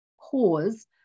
cause